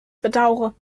bedaure